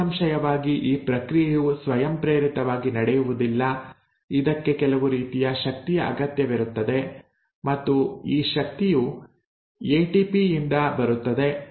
ನಿಸ್ಸಂಶಯವಾಗಿ ಈ ಪ್ರಕ್ರಿಯೆಯು ಸ್ವಯಂಪ್ರೇರಿತವಾಗಿ ನಡೆಯುವುದಿಲ್ಲ ಇದಕ್ಕೆ ಕೆಲವು ರೀತಿಯ ಶಕ್ತಿಯ ಅಗತ್ಯವಿರುತ್ತದೆ ಮತ್ತು ಈ ಶಕ್ತಿಯು ಎಟಿಪಿ ಯಿಂದ ಬರುತ್ತದೆ